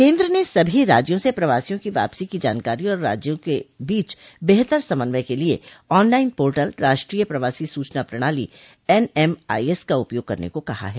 केन्द्र ने सभी राज्यों से प्रवासियों की वापसी की जानकारी और राज्यों के बीच बेहतर समन्वय के लिये ऑनलाइन पार्टल राष्ट्रीय प्रवासी सूचना प्रणाली एनएम आईएस का उपयोग करने को कहा है